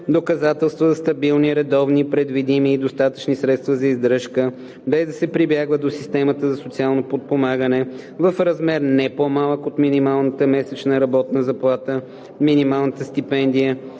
доказателства за стабилни, редовни, предвидими и достатъчни средства за издръжка, без да се прибягва до системата за социално подпомагане, в размер, не по-малък от минималната месечна работна заплата, минималната стипендия